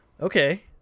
okay